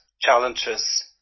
challenges